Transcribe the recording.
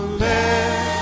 let